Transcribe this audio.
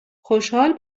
خوشحال